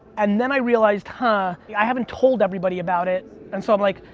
and then i realized, huh. i haven't told everybody about it. and so i'm like,